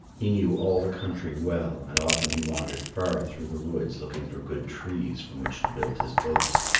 he knew all the country well, and often he wandered far through the woods looking for good trees from which to build his boats.